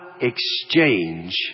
exchange